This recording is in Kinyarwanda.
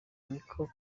niko